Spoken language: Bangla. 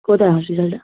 কোথায় হসপিটালটা